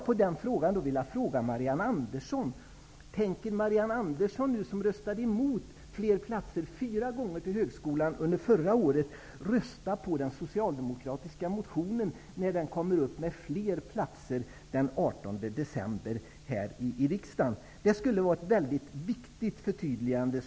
Andersson: Tänker Marianne Andersson, som fyra gånger under förra året röstade emot fler platser till högskolan, rösta på den socialdemokratiska motionen när den kommer upp med förslag om fler platser den 18 december här i riksdagen? Det skulle i så fall vara ett mycket viktigt förtydligande.